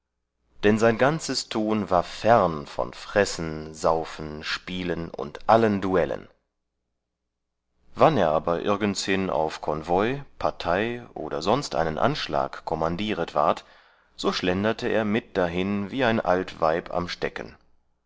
dann sein ganzes tun war fern von fressen saufen spielen und allen duellen wann er aber irgendshin auf konvoi partei oder sonst einen anschlag kommandieret ward so schlenderte er mit dahin wie ein alt weib am stecken